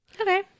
Okay